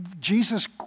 Jesus